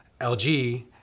LG